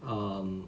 um